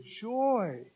joy